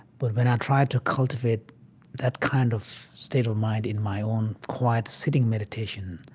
but when i try to cultivate that kind of state of mind in my own quiet sitting meditation,